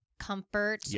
Comfort